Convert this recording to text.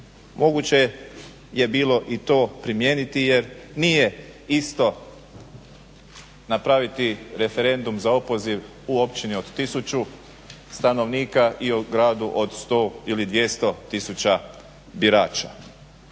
moguće je bilo i to primijeniti jer nije isto napraviti referendum za opoziv u općini od 1000 stanovnika i u gradu od 100 ili 200 tisuća birača.